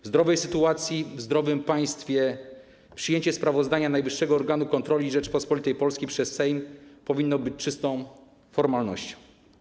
W zdrowej sytuacji, w zdrowym państwie przyjęcie sprawozdania najwyższego organu kontroli Rzeczypospolitej Polski przez Sejm powinno być czystą formalnością.